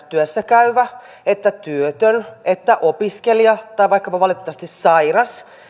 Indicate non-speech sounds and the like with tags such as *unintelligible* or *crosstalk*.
*unintelligible* työssä käyvä että työtön opiskelija tai valitettavasti vaikkapa sairas